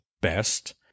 best